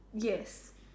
yes